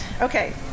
Okay